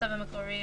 בצו המקורי